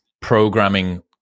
programming